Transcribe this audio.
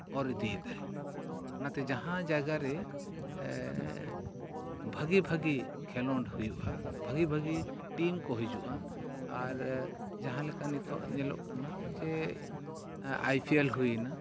ᱚᱨ ᱤᱫᱤᱭᱮᱫᱟᱭ ᱚᱱᱟᱛᱮ ᱡᱟᱦᱟᱸ ᱡᱟᱭᱜᱟᱨᱮ ᱵᱷᱟᱜᱮ ᱵᱷᱟᱜᱮ ᱠᱷᱮᱞᱳᱰ ᱦᱩᱭᱩᱜᱼᱟ ᱵᱷᱟᱜᱮ ᱵᱷᱟᱜᱮ ᱴᱤᱢ ᱠᱚ ᱦᱤᱡᱩᱜᱼᱟ ᱟᱨ ᱡᱟᱦᱟᱸ ᱞᱮᱠᱟ ᱱᱤᱛᱳᱜ ᱧᱮᱞᱚᱜ ᱠᱟᱱᱟ ᱡᱮ ᱟᱭ ᱯᱤ ᱮᱞ ᱦᱩᱭᱱᱟ